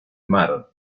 mar